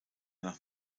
nach